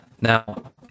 Now